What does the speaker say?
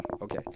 okay